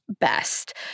best